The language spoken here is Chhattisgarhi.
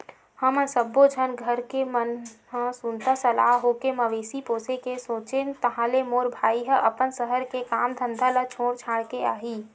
हमन सब्बो झन घर के मन ह सुनता सलाह होके मवेशी पोसे के सोचेन ताहले मोर भाई ह अपन सहर के काम धंधा ल छोड़ छाड़ के आही